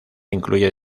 incluye